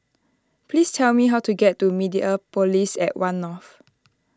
please tell me how to get to Mediapolis at one North